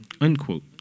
unquote